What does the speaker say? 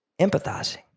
empathizing